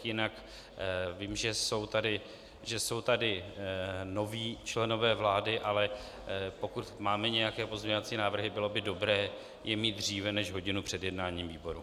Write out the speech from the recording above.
Jinak vím, že jsou tady noví členové vlády, ale pokud máme nějaké pozměňovací návrhy, bylo by dobré je mít dříve než hodinu před jednáním výboru.